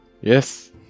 Yes